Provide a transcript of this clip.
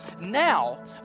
now